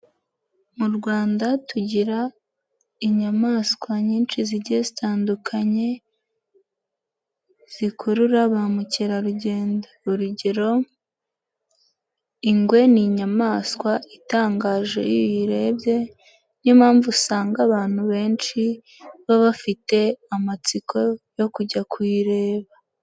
Mu Rwanda tugira inyamaswa nyinshi zigiye zitandukanye zikurura ba mukerarugendo. Urugero: ingwe ni inyamaswa itangaje iyo uyirebye ni yo mpamvu usanga abantu benshi baba bafite amatsiko yo kujya kuyireba.